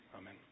amen